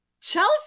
Chelsea